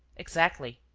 exactly.